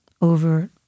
over